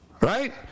Right